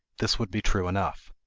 this would be true enough.